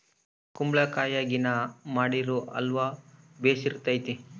ಕುಂಬಳಕಾಯಗಿನ ಮಾಡಿರೊ ಅಲ್ವ ಬೆರ್ಸಿತತೆ